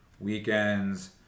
weekends